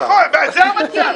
נכון, זה המצב.